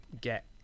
get